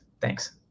Thanks